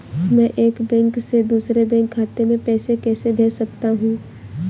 मैं एक बैंक से दूसरे बैंक खाते में पैसे कैसे भेज सकता हूँ?